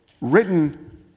written